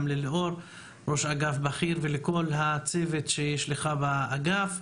גם לליאור ולכל הצוות שיש לך באגף.